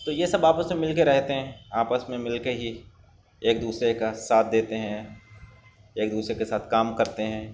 تو یہ سب آپس میں مل کے رہتے ہیں آپس میں مل کے ہی ایک دوسرے کا ساتھ دیتے ہیں ایک دوسرے کے ساتھ کام کرتے ہیں